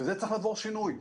וזה צריך לעבור שינוי.